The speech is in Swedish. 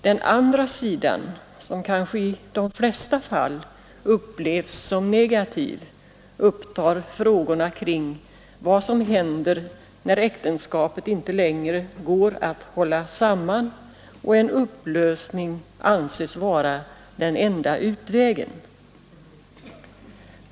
Den andra sidan — som kanske i de flesta fall upplevs som negativ — upptar frågorna kring vad som händer när äktenskapet inte längre går att hålla samman och en upplösning anses vara den enda utvägen.